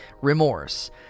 Remorse